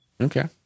Okay